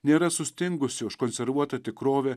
nėra sustingusi užkonservuota tikrovė